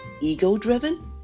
ego-driven